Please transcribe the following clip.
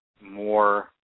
more